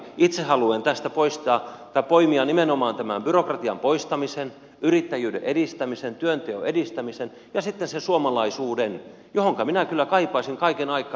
itse haluan tästä poimia nimenomaan tämän byrokratian poistamisen yrittäjyyden edistämisen työnteon edistämisen ja sitten sen suomalaisuuden johonka viittaamista minä kyllä kaipaisin kaiken aikaa